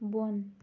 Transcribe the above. بۄن